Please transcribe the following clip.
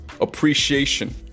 Appreciation